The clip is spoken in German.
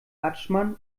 adschman